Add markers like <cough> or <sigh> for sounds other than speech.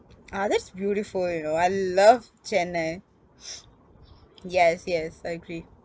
ah that's beautiful you know I love chennai <noise> yes yes I agree